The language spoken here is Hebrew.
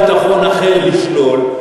וכאשר החליט שר ביטחון אחר לשלול,